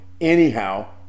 anyhow